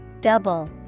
Double